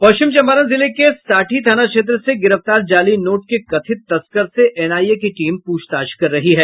पश्चिम चंपारण जिले के साठी थाना क्षेत्र से गिरफ्तार जाली नोट के कथित तस्कर से एनआईए की टीम पूछताछ कर रही है